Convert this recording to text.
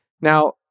Now